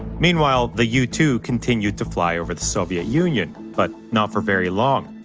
meanwhile, the u two continued to fly over the soviet union. but not for very long,